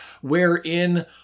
wherein